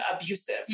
abusive